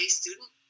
student